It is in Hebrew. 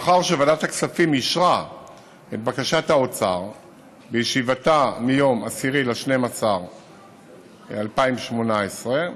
מאחר שוועדת הכספים אישרה את בקשת האוצר בישיבתה מיום 10 בדצמבר 2018,